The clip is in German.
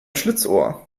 schlitzohr